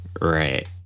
Right